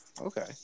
Okay